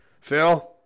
Phil